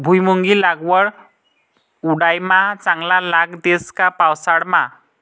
भुईमुंगनी लागवड उंडायामा चांगला लाग देस का पावसाळामा